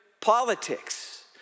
politics